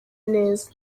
neza